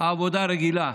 העבודה הרגילה.